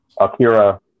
Akira